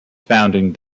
founding